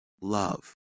love